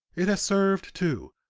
it has served, too,